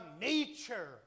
nature